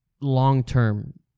long-term